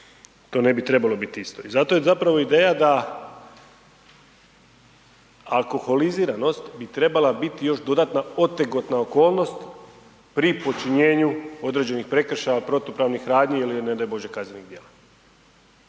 To ne bi trebalo biti isto i zapravo je zato ideja da, alkoholiziranost bi trebala biti još dodatna otegotna okolnost pri počinjenu određenih prekršaja, protupravnih radnji ili ne daj bože kaznenih djela.